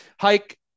Hike